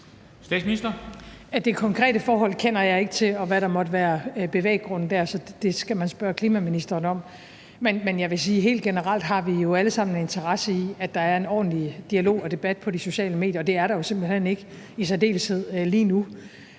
Det konkrete forhold, og hvad der måtte være bevæggrunden der, kender jeg ikke til, så det skal man spørge klimaministeren om. Men jeg vil sige, at helt generelt har vi alle sammen en interesse i, at der er en ordentlig dialog og debat på de sociale medier, og det er der jo simpelt hen ikke – i særdeleshed ikke lige nu,